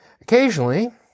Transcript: occasionally